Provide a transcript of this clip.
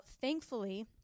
thankfully